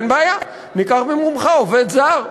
אין בעיה, ניקח במקומך עובד זר.